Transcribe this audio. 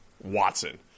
Watson